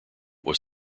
was